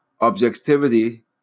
objectivity